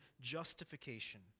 justification